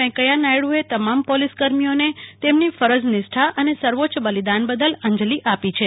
વૈંકેયા નાયડુએ તમામ પોલીસ કર્મીઓને તેમની ફરજ નિષ્ઠા અને સર્વોચ્ચ બલિદાન બદલ અંજલી અર્પી છે